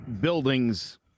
buildings